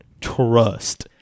trust